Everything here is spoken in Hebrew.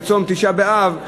בצום תשעה באב,